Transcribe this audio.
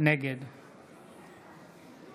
נגד